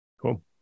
Cool